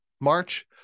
March